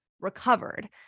recovered